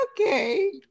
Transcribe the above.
Okay